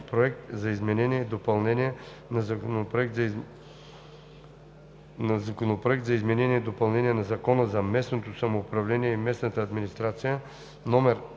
за изменение и допълнение на Закона за местното самоуправление и местната администрация, №